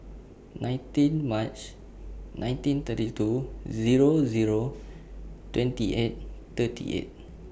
nineteen March nineteen thirty two Zero Zero twenty eight thirty eight